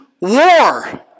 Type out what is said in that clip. war